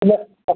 പിന്നെ ആ